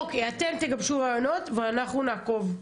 אוקי, אתם תגבשו רעיונות ואנחנו נעקוב.